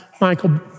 Michael